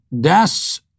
Das